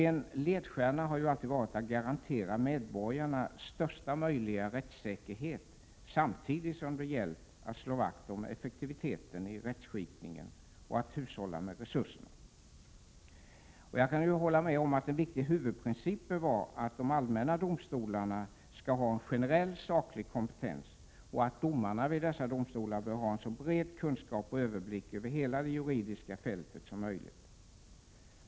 En ledstjärna har varit att garantera medborgarna största möjliga rättssäkerhet, samtidigt som det gällt att slå vakt om effektiviteten i rättskipningen och att hushålla med resurserna. Jag kan hålla med om att en viktig huvudprincip bör vara att de allmänna domstolarna bör ha en generell saklig kompetens och att domarna vid dessa domstolar bör ha en så bred kunskap och överblick över hela det juridiska fältet som möjligt.